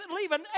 leaving